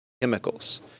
chemicals